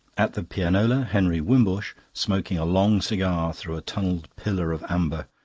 at the pianola, henry wimbush, smoking a long cigar through a tunnelled pillar of amber,